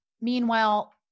meanwhile